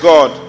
God